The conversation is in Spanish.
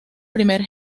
primer